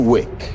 Wick